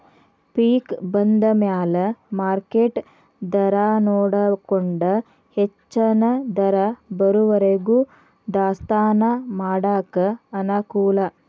ಪಿಕ್ ಬಂದಮ್ಯಾಲ ಮಾರ್ಕೆಟ್ ದರಾನೊಡಕೊಂಡ ಹೆಚ್ಚನ ದರ ಬರುವರಿಗೂ ದಾಸ್ತಾನಾ ಮಾಡಾಕ ಅನಕೂಲ